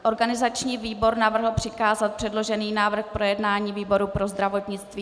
Organizační výbor navrhl přikázat předložený návrh k projednání výboru pro zdravotnictví.